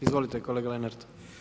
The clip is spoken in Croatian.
Izvolite kolega Lenart.